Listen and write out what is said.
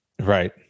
Right